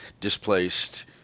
displaced